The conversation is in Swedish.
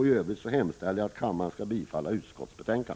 I övrigt yrkar jag att kammaren bifaller utskottets hemställan.